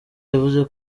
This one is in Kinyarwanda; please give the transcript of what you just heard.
yavuze